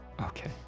Okay